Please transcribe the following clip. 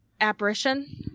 apparition